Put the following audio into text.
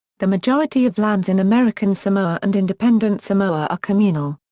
the majority of lands in american samoa and independent samoa are communal.